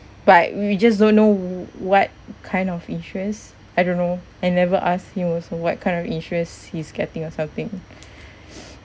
but we just don't know w~ what kind of insurance I don't know I never ask him also what kind of insurance he's getting or something